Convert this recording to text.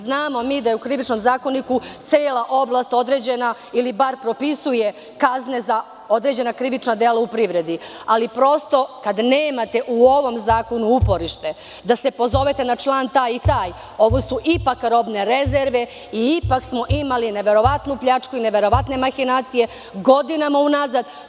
Znamo mi da je u Krivičnom zakoniku cela oblast određena, ili bar propisuje kazne za određena krivična dela u privredi, ali kada nemate u ovom zakonu uporište da se pozovete na član taj i taj, ovo su ipak robne rezerve i ipak smo imali neverovatnu pljačku i neverovatne mahinacije godinama unazad.